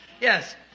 Yes